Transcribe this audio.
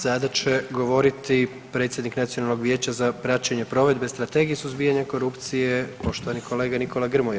Sada će govoriti predsjednik Nacionalnog vijeća za praćenje provedbe Strategije suzbijanja korupcije, poštovani kolega Nikola Grmoja.